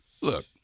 Look